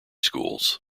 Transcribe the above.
schools